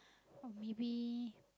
or maybe